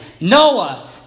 Noah